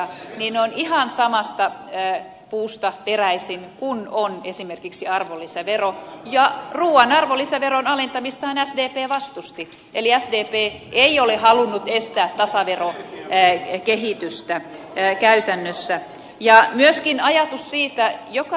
ne ovat ihan samasta puusta peräisin kuin on esimerkiksi arvonlisävero ja ruuan arvonlisäveron alentamistahan sdp vastusti eli sdp ei ole halunnut estää tasaverokehitystä käytännössä jää myöskin aina siitä joka